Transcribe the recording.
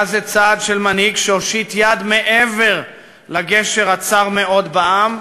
היה זה צעד של מנהיג שהושיט יד מעבר לגשר הצר מאוד בעם,